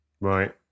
Right